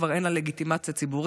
כבר אין לה לגיטימציה ציבורית.